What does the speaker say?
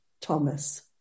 Thomas